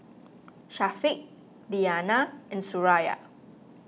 Syafiq Diyana and Suraya